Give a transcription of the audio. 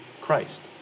christ